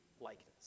likeness